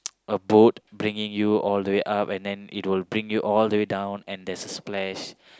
a boat bringing you all the way up and then it will bring you all the way down and then there's a splash